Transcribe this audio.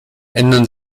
ändern